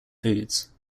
foods